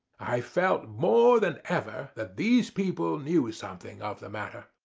i felt more than ever that these people knew something of the matter.